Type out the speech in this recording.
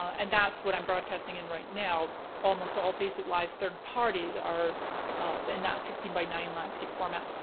and that's what i'm broadcasting in right now, almost all facebook live third parties are in that sixteen by nine landscape format.